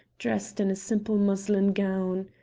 dressed in a simple muslin gown.